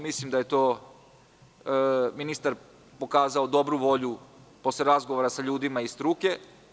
Mislim da je ministar pokazao dobru volju posle razgovora sa ljudima iz struke.